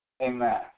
Amen